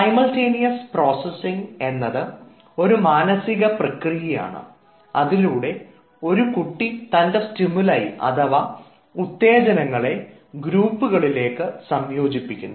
simultaneous processing എന്നത് ഒരു മാനസിക പ്രക്രിയയാണ് അതിലൂടെ ഒരു കുട്ടി തൻറെ സ്റ്റിമുലൈയ് അഥവാ ഉത്തേജനങ്ങളെ ഗ്രൂപ്പുകളിലേക്ക് സംയോജിപ്പിക്കുന്നു